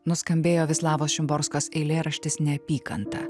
nuskambėjo vislavos šimborskos eilėraštis neapykanta